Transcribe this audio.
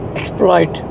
exploit